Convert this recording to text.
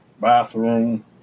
bathroom